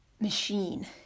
machine